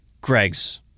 Greg's